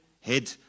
head